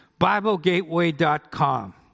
BibleGateway.com